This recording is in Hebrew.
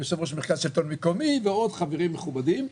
עם יושב-ראש מרכז שלטון מקומי ועוד חברים מכובדים,